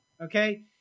Okay